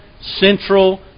central